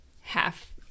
half